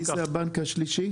מי זה הבנק השלישי?